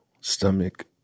stomach